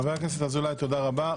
חבר הכנסת אזולאי, תודה רבה.